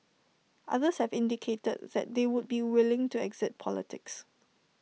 others have indicated that they would be willing to exit politics